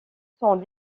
sont